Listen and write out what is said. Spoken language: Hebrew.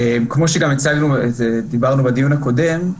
כמו שגם הצגנו ודיברנו בדיון הקודם,